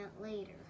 later